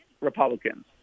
Republicans